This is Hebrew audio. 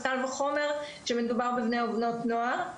וקל וחומר כשמדובר בבני ובבנות נוער.